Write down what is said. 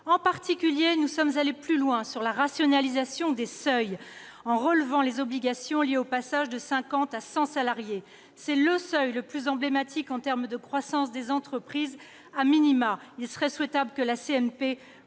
En particulier, nous sommes allés plus loin sur la rationalisation des seuils, en relevant les obligations liées au passage de 50 salariés à 100 salariés. C'est le seuil le plus emblématique en matière de croissance des entreprises. Il serait souhaitable que la CMP